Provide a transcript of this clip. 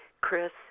chris